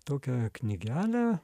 tokią knygelę